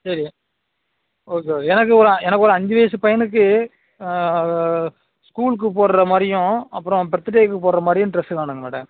சரி okay okay எனக்கு ஒரு எனக்கு ஒரு அஞ்சு வயது பையனுக்கு ஸ்கூலுக்கு போடுற மாதிரியும் அப்புறம் பர்த்டேவுக்கு போடுற மாதிரியும் ட்ரெஸ் வேணும்ங்க மேடம்